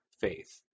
faith